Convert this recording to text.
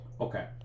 Okay